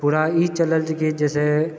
पूरा ई चलि रहल छै कि जाहिसँ